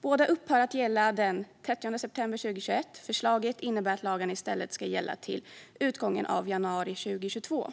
Båda upphör att gälla den 30 september 2021. Förslaget innebär att lagarna i stället ska gälla till utgången av januari 2022.